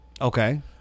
Okay